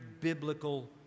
biblical